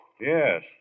Yes